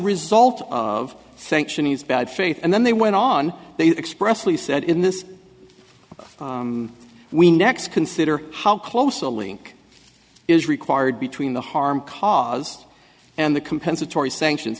result of sanction is bad faith and then they went on they expressly said in this we next consider how close a link is required between the harm caused and the compensatory sanctions